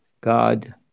God